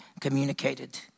communicated